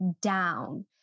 down